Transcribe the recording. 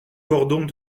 cordons